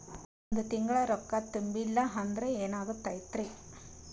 ಒಂದ ತಿಂಗಳ ರೊಕ್ಕ ತುಂಬಿಲ್ಲ ಅಂದ್ರ ಎನಾಗತೈತ್ರಿ?